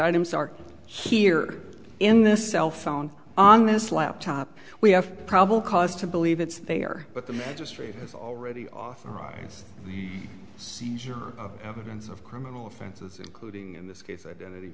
items are here in the cell phone on this laptop we have probable cause to believe it's they are but the magistrate has already authorized the seizure of evidence of criminal offenses including in this case identity